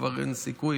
כבר אין סיכוי.